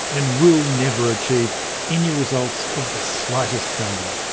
and will never achieve any results of the slightest value.